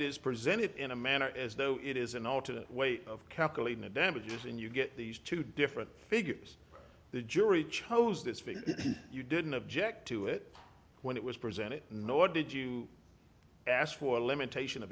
it is presented in a manner as though it is an alternate way of calculating the damages and you get these two different figures the jury chose this figure you didn't object to it when it was presented nor did you ask for a limitation